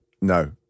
No